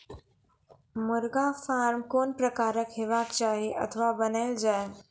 मुर्गा फार्म कून प्रकारक हेवाक चाही अथवा बनेल जाये?